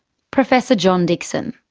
professor john dixon.